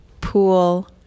pool